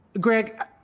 Greg